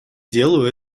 делаю